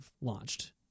launched